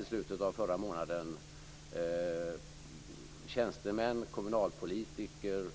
I slutet av förra månaden lade tjänstemän, kommunalpolitiker,